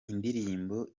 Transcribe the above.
indirimbo